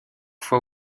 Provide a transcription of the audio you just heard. fois